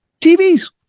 TVs